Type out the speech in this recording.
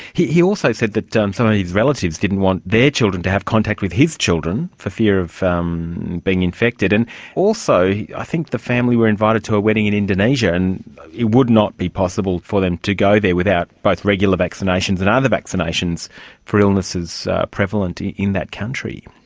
he he also said that um some of ah his relatives didn't want their children to have contact with his children for fear of um being infected. and also i think the family were invited to a wedding in indonesia and it would not be possible for them to go there without both regular vaccinations and other vaccinations for illnesses prevalent in that country.